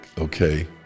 okay